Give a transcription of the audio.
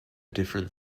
different